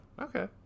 okay